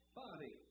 body